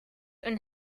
een